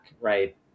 right